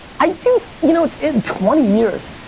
i do, you know, it's in twenty years.